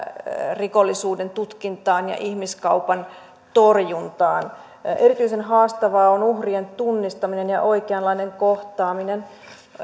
rikollisuuden tutkintaan ja ihmiskaupan torjuntaan erityisen haastavaa on uhrien tunnistaminen ja oikeanlainen kohtaaminen